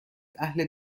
اهل